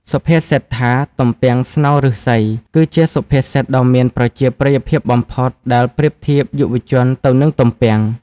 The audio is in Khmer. សុភាសិតថា «ទំពាំងស្នងឫស្សី» គឺជាសុភាសិតដ៏មានប្រជាប្រិយភាពបំផុត ដែលប្រៀបធៀបយុវជនទៅនឹងទំពាំង។